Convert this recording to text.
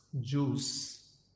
juice